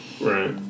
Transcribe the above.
Right